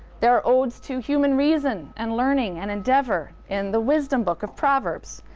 there are odes to human reason and learning and endeavor in the wisdom book of proverbs.